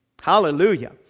Hallelujah